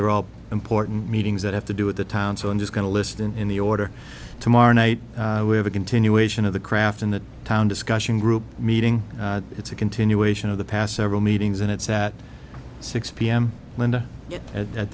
they're all important meetings that have to do with the town so i'm just going to list in the order tomorrow night we have a continuation of the craft in that town discussion group meeting it's a continuation of the past several meetings and it's at six p m linda at